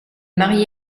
marié